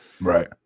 Right